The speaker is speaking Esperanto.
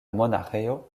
monaĥejo